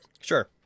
Sure